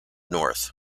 north